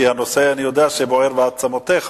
כי אני יודע שהנושא בוער בעצמותיך,